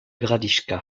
gradisca